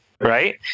right